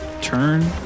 turn